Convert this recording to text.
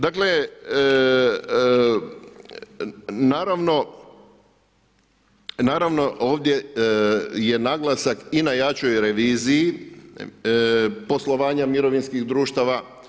Dakle, naravno ovdje je naglasak i na jačoj reviziji poslovanja mirovinskih društava.